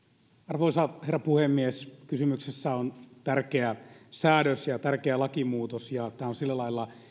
arvoisa herra puhemies kysymyksessä on tärkeä säädös ja tärkeä lakimuutos ja tämä on sillä lailla